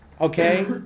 okay